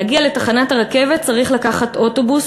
להגיע לתחנת הרכבת צריך לקחת אוטובוס.